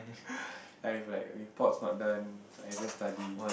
I have like reports not done I haven't study